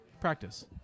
Practice